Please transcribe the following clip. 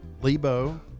lebo